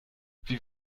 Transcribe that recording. wie